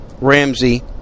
Ramsey